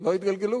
לא התגלגלו?